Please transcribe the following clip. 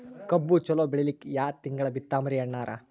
ಕಬ್ಬು ಚಲೋ ಬೆಳಿಲಿಕ್ಕಿ ಯಾ ತಿಂಗಳ ಬಿತ್ತಮ್ರೀ ಅಣ್ಣಾರ?